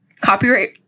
copyright